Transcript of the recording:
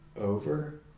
over